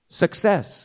success